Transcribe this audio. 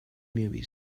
movies